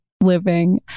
living